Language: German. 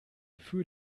für